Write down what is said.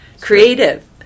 Creative